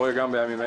כל מי שיזם.